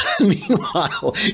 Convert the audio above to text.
Meanwhile